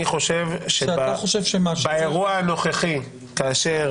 אני חושב שבאירוע הנוכחי, כאשר